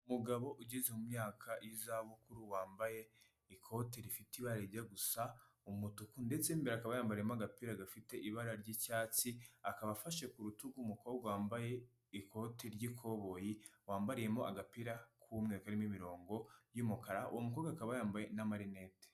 Umugabo ugeze mu myaka y'izabukuru, wambaye ikote rifite ibara rijya gusa umutuku, ndetse mo imbere akaba yambariyemo agapira gafite ibara ry'icyatsi, akaba afashe ku rutugu umukobwa wambaye ikoti ry'ikoboyi, wambariyemo agapira k'umweru karimo imirongo y'umukara, uwo mukobwa akaba yambaye n'amarinete.